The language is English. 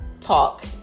talk